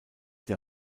der